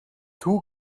two